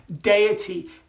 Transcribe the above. deity